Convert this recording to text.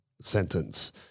sentence